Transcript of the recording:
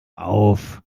auf